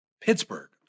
Pittsburgh